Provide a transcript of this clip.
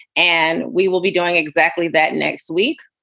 and we will be doing exactly that next week.